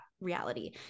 reality